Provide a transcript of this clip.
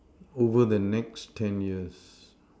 over the next ten years